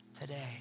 today